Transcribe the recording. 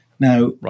Now